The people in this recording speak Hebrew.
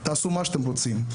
תעשו מה שאתם רוצים.